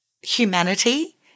humanity